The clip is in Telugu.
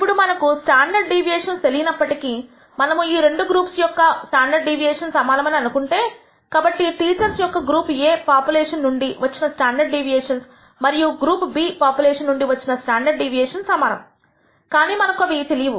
ఇప్పుడు మనకు స్టాండర్డ్ డీవియేషన్స్ తెలియనప్పటికీ మనము ఈ రెండు గ్రూప్స్ యొక్క ఒక స్టాండర్డ్ డీవియేషన్ సమానమని అనుకుంటే కాబట్టి టీచర్స్ యొక్క గ్రూప్ A పాపులేషన్ నుండి వచ్చిన స్టాండర్డ్ డీవియేషన్స్ మరియు గ్రూప్ B పాపులేషన్ నుండి వచ్చిన స్టాండర్డ్ డీవియేషన్ సమానము కానీ మనకు అవి తెలియవు